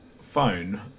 phone